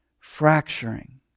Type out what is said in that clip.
fracturing